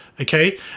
okay